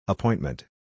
Appointment